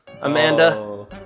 amanda